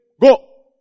go